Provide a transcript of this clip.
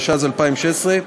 התשע"ז 2016,